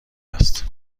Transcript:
است